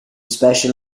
special